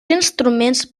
instruments